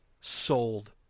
sold